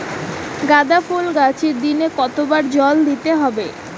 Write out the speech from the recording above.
গাদা ফুলের গাছে দিনে কতবার জল দিতে হবে?